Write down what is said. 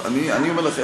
אני אומר לך,